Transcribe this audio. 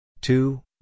two